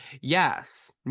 Yes